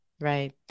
Right